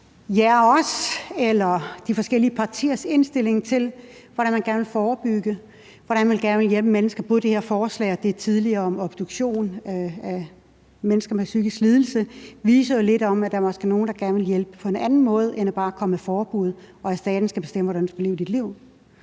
de forskellige partiers indstilling til, hvordan man gerne vil forebygge, og hvordan man gerne vil hjælpe mennesker. Både det her forslag og det tidligere forslag om obduktion ved dødsfald blandt mennesker med en psykisk lidelse viser jo, at der måske er nogen, der gerne vil hjælpe på en anden måde end bare at komme med forbud, hvor staten skal bestemme, hvordan man skal leve sit liv.